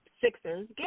Sixers